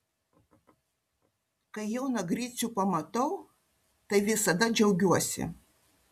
kai joną gricių pamatau tai visada džiaugiuosi